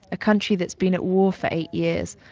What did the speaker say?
a country that's been at war for eight years,